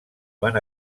van